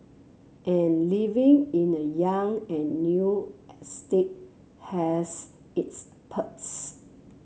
and living in a young and new estate has its perks